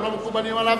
או לא מקובלים עליו,